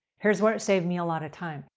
here's where it saved me a lot of time.